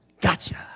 Gotcha